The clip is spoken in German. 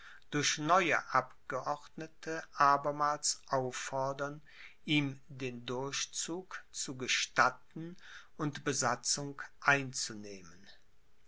durch neue abgeordnete abermals auffordern ihm den durchzug zu gestatten und besatzung einzunehmen